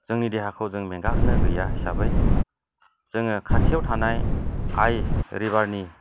जोंनि देहाखौ जों मेंगा होनो गैया हिसाबै जोङो खाथियाव थानाय आइ रिभारनि